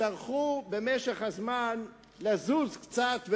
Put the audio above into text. יצטרכו במשך הזמן לזוז קצת,